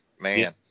Man